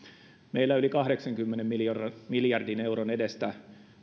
meillä yli kahdeksankymmenen miljardin miljardin euron edestä